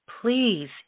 please